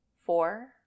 four